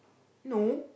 no